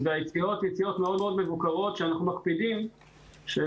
והיציאות הן יציאות מאוד מאוד מבוקרות כשאנחנו מקפידים שאנשים